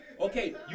okay